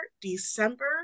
December